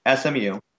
SMU